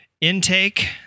Intake